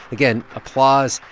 again, applause,